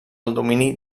domini